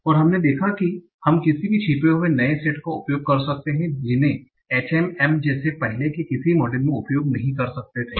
और हमने देखा कि हम किसी भी छिपे हुए नए सेट का उपयोग कर सकते हैं जिन्हें HMM जैसे पहले के किसी मॉडल में उपयोग नहीं कर सकते थे